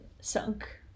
sunk